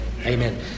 amen